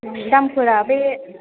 दामफोरा बे